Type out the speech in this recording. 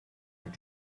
with